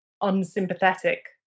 unsympathetic